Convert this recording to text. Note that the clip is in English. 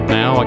now